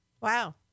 wow